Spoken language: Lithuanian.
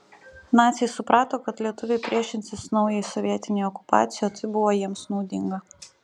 naciai suprato kad lietuviai priešinsis naujai sovietinei okupacijai o tai buvo jiems naudinga